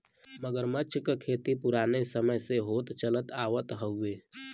मगरमच्छ क खेती पुराने समय से होत चलत आवत हउवे